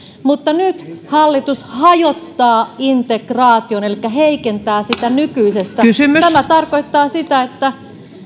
mutta nyt hallitus hajottaa integraation elikkä heikentää sitä nykyisestä tämä tarkoittaa sitä että